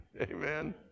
Amen